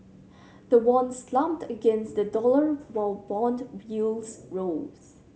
the won slumped against the dollar while bond yields rose